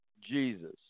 Jesus